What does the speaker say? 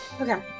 Okay